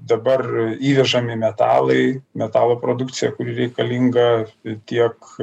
dabar įvežami metalai metalo produkcija kuri reikalinga tiek